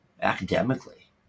academically